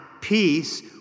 peace